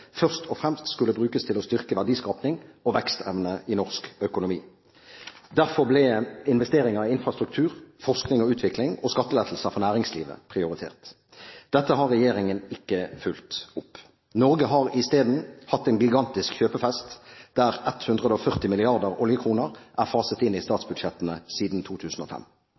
først og fremst skulle brukes til å styrke verdiskaping og vekstevne i norsk økonomi. Derfor ble investeringer i infrastruktur, forskning og utvikling og skattelettelser for næringslivet prioritert. Dette har regjeringen ikke fulgt opp. Norge har isteden hatt en gigantisk kjøpefest der 140 mrd. oljekroner er faset inn i statsbudsjettene siden 2005.